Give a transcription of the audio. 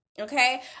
okay